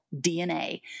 DNA